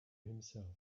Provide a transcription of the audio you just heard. himself